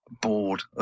bored